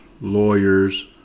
lawyers